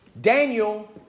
Daniel